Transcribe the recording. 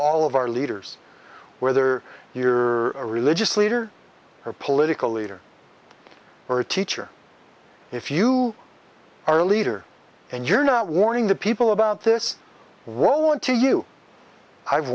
all of our leaders whether you're a religious leader or a political leader or a teacher if you are a leader and you're not warning the people about this world want to you i've